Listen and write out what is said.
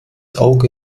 auge